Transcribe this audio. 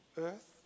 earth